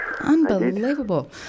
Unbelievable